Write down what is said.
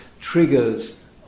triggers